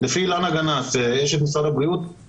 אשת משרד הבריאות,